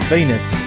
Venus